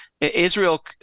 Israel